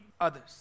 others